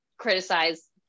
Criticize